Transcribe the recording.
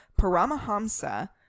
Paramahamsa